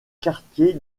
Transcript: quartier